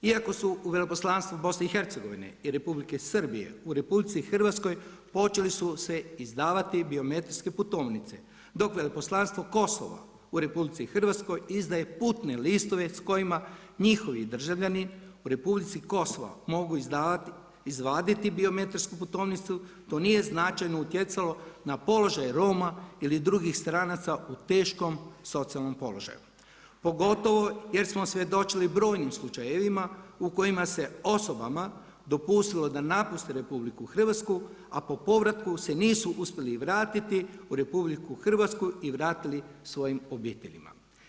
Iako su u Veleposlanstvo BiH i Republike Srbije u RH počeli su se izdavati biometrijske putovnice, dok Veleposlanstvo Kosova u RH izdaje putne listove s kojima njihovi državljani u Republici Kosovo mogu izvaditi biometrijsku putovnicu to nije značajno utjecalo na položaj Roma ili drugih stranaca u teškom socijalnom položaju, pogotovo jer smo svjedočili brojnim slučajevima u kojima se osobama dopustilo da napuste RH, a po povratu se nisu uspjeli vratiti u RH i vratili svojim obiteljima.